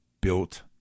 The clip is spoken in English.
built